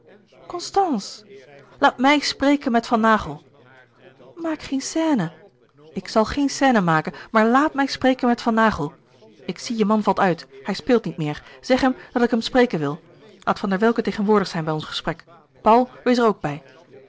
laat mij spreken met van naghel maak geen scène ik zal geen scène maken maar laat mij spreken met van naghel ik zie je man valt uit hij speelt niet meer zeg hem dat ik hem spreken wil laat van der welcke tegenwoordig zijn bij ons gesprek paul wees er ook bij